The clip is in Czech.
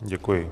Děkuji.